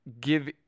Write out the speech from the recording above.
give